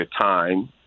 time